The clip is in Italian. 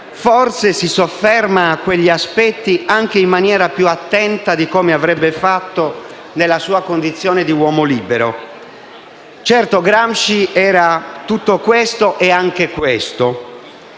Forse si sofferma su quegli aspetti anche in maniera più attenta di come avrebbe fatto nella sua condizione di uomo libero. Certo, Gramsci era tutto questo e anche questo,